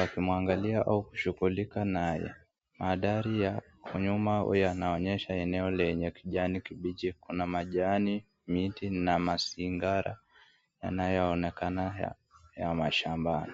wakimwangalia au kushughulika naye. Mandhari ya nyuma huyaonyesha eneo lenye kijani kibichi. Kuna majani, miti na mazingira yanayoonekana ya mashambani.